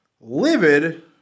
livid